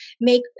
make